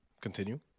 Continue